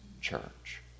church